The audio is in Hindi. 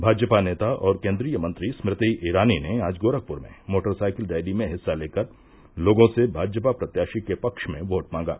भाजपा नेता और केन्द्रीय मंत्री स्मृति ईरानी ने आज गोरखपुर में मोटरसाइकिल रैली में हिस्सा लेकर लोगों से भाजपा प्रत्याशी के पक्ष में वोट मांगा